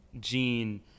gene